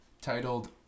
Titled